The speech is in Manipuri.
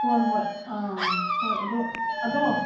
ꯍꯣꯏ ꯍꯣꯏ ꯑꯥ ꯍꯣꯏ ꯑꯗꯣ ꯑꯗꯣ